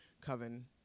coven